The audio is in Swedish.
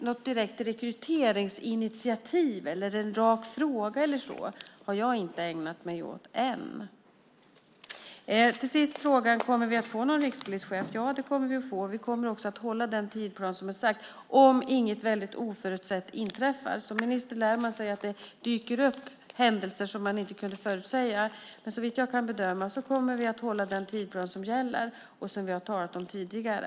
Något direkt rekryteringsinitiativ eller en rak fråga har jag inte ägnat mig åt ännu. Kommer vi att få någon rikspolischef? Ja, det kommer vi att få. Vi kommer också att hålla den tidsplan som är satt om inget oförutsett inträffar. Som minister lär man sig att det dyker upp händelser som man inte kunnat förutse. Men såvitt jag kan bedöma kommer vi att hålla den tidsplan som gäller och som vi har talat om tidigare.